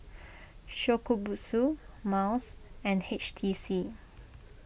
Shokubutsu Miles and H T C